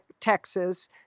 Texas